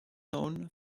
known